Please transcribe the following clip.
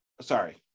Sorry